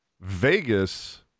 Vegas